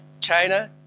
China